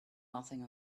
nothing